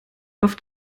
oft